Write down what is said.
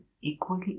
equally